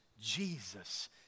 Jesus